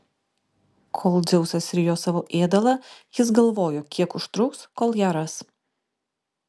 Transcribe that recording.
kol dzeusas rijo savo ėdalą jis galvojo kiek užtruks kol ją ras